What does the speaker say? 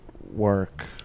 work